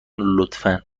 لطفا